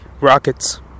rockets